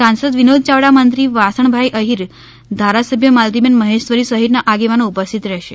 સાંસદ વિનોદ યાવડા મંત્રી વાસણભાઈ અહીર ધારાસભ્ય માલતીબેન મહેશ્વરી સહિતના આગેવાનો ઉપસ્થિત રહેશે